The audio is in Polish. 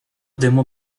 dymu